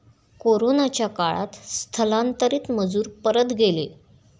कोरोनाच्या काळात स्थलांतरित मजूर परत गेले